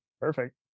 Perfect